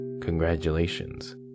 congratulations